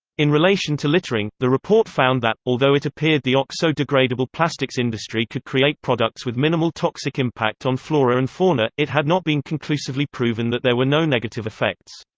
in relation to littering, the report found that, although it appeared the oxo-degradable plastics industry could create products with minimal toxic impact on flora and fauna, it had not been conclusively proven that there were no negative effects.